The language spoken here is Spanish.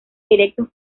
erecto